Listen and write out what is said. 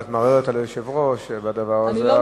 אם את מערערת על דברי היושב-ראש בדבר הזה,